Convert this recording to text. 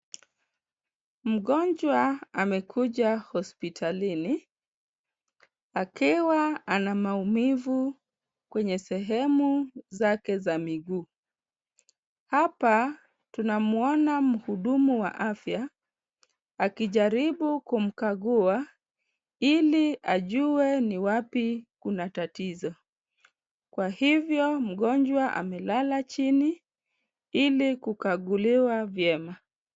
Mgonjwa amekuja hospitalini akiwa ana maumivu kwenye sehemu zake za miguu. Hapa tunamuona muhudumu wa afya, akijaribu kumkagua ili ajue ni wapi kuna tatizo. Kwa hivyo mgonjwa amelala chini ili kukaguliwa vyema.